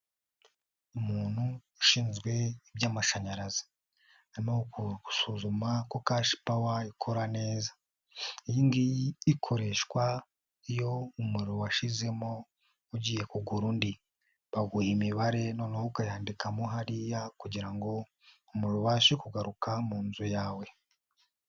Umuntu ushinzwe iby'amashanyarazi. Arimo ku gusuzuma ko Kashipawa ikora neza. Iyingiyi ikoreshwa iyo umuriro washizemo, ugiye kugura undi. Baguha imibare noneho ukayandikamo hariya kugira ngo, umuntu ubashe kugaruka mu nzu yawe.